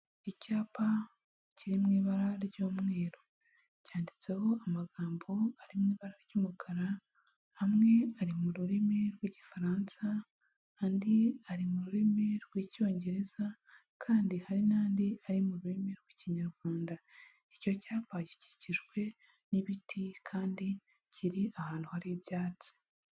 Icyapa kiri mu ibara ry'umweru, cyanditseho amagambo ari mu ibara ry'umukara amwe ari mu rurimi rw'igifaransa andi ari mu rurimi rw'Icyongereza kandi hari n'andi ari mu rurimi rw'ikinyarwanda, icyo cyapa gikikijwe n'ibiti kandi kiri ahantu hari ibyatsi.